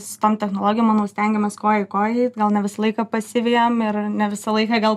su tom technologijom manau stengiamės koja į koją eit gal ne visą laiką pasivejam ir ne visą laiką gal